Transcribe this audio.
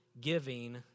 giving